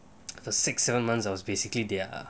the six seven months I was basically their